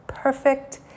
perfect